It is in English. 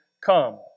come